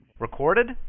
Recorded